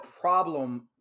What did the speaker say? problem